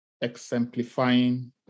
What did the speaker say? exemplifying